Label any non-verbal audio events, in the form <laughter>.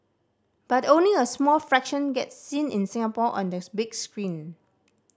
but only a small fraction gets seen in Singapore on the <unintelligible> big screen